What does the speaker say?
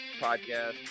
podcast